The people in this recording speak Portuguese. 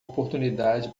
oportunidade